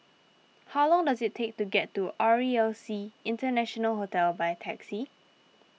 how long does it take to get to R E L C International Hotel by taxi